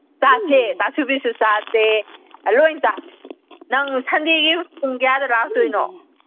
ꯆꯥꯁꯦ ꯆꯥꯁꯨꯕꯤꯁꯨ ꯆꯥꯁꯦ ꯑꯥ ꯂꯣꯏ ꯆꯥꯁꯤ ꯅꯪ ꯁꯟꯗꯦꯒꯤ ꯄꯨꯡ ꯀꯌꯥꯗ ꯂꯥꯛꯇꯣꯏꯅꯣ